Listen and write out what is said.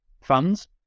funds